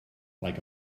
like